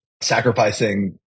sacrificing